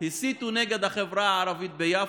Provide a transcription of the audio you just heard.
הסיתו נגד החברה הערבית ביפו.